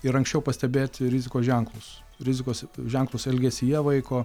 ir anksčiau pastebėti rizikos ženklus rizikos ženklus elgesyje vaiko